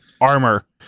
armor